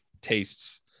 tastes